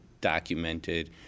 documented